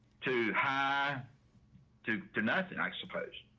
to high to to nothing, i suppose.